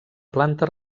planta